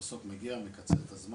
המסוק מגיע ומקצר את הזמן,